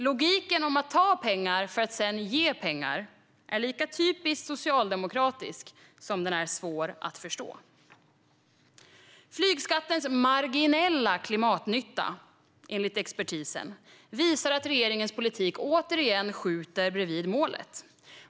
Logiken om att ta pengar för att sedan ge pengar är lika typiskt socialdemokratisk som den är svår att förstå. Flygskattens marginella klimatnytta - så är det, enligt expertisen - visar att regeringens politik återigen skjuter bredvid målet.